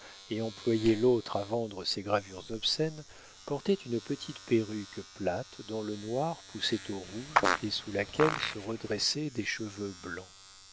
et employer l'autre à vendre ses gravures obscènes portait une petite perruque plate dont le noir poussait au rouge et sous laquelle se redressaient des cheveux blancs